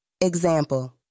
Example